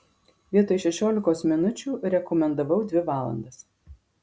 vietoj šešiolikos minučių rekomendavau dvi valandas